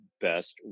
best